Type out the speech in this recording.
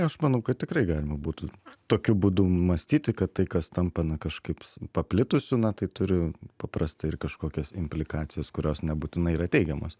aš manau kad tikrai galima būtų tokiu būdu mąstyti kad tai kas tampa na kažkaip paplitusiu na tai turi paprastai ir kažkokias implikacijas kurios nebūtinai yra teigiamos